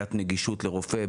בעיית נגישות לרופא,